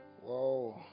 Whoa